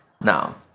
Now